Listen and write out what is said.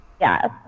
yes